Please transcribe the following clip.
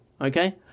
okay